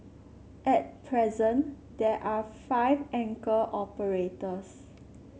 at present there are five anchor operators